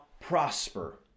prosper